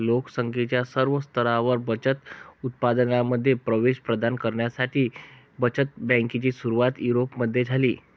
लोक संख्येच्या सर्व स्तरांवर बचत उत्पादनांमध्ये प्रवेश प्रदान करण्यासाठी बचत बँकेची सुरुवात युरोपमध्ये झाली